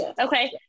Okay